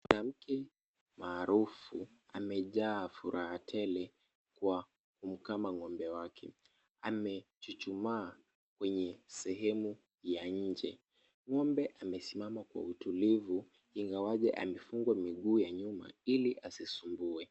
Mwanamke maarufu amejaa furaha tele kwa kumkama ng'ombe wake. Amechuchumaa kwenye sehemu ya nje. Ng'ombe amesimama kwa utulivu ingawaje amefungwa miguu ya nyuma ili asisumbue.